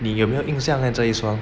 你有没有印象 eh 这一双